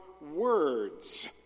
words